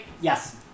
Yes